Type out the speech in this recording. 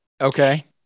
Okay